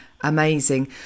amazing